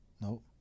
Nope